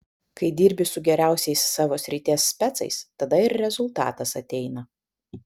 kai dirbi su geriausiais savo srities specais tada ir rezultatas ateina